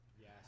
Yes